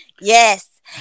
Yes